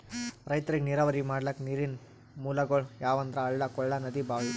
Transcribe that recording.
ರೈತರಿಗ್ ನೀರಾವರಿ ಮಾಡ್ಲಕ್ಕ ನೀರಿನ್ ಮೂಲಗೊಳ್ ಯಾವಂದ್ರ ಹಳ್ಳ ಕೊಳ್ಳ ನದಿ ಭಾಂವಿ